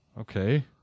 Okay